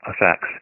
effects